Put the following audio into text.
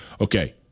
Okay